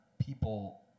people